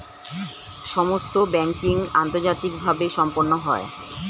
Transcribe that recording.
সমস্ত ব্যাংকিং আন্তর্জাতিকভাবে সম্পন্ন হয়